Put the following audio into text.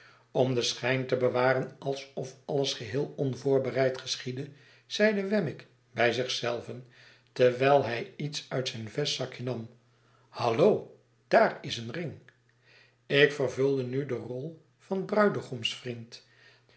om den schijn te bewaren alsof alles geheel onvoorbereid geschiedde zeide wemmick bij zich zelven terwijl hij iets uit zijn vestzakjenam hallo daar is een ring ik vervulde nu de rol vanbruidegoms